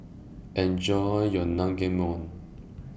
Enjoy your Naengmyeon